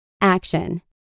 Action